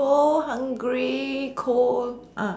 so hungry cold